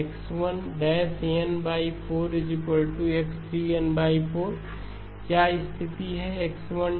तो X1 n 4 x 3n 4 क्या स्थिति हैX1 nx3n